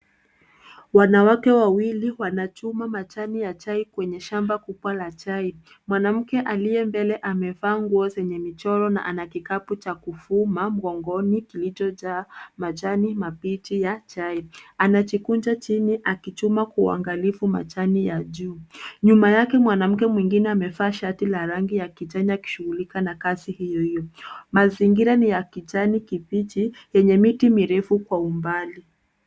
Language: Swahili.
Wanawake wawili wanachuma majani ya chai kwenye shamba kubwa la chai. Mwanamke aliye mbele amevaa nguo za zenye michoro na ana kikapu cha kufuma mgongoni kilichojaa majani mabichi ya chai. Anajikunja chini akichuma kwa uangalifu majani ya juu. Nyuma yake mwanamke mwingine amevaa shati la rangi ya kijani akishughulikia mambo hayo. Mazingira ni ya kijani kibichi yenye miti mirefu kwa umbali.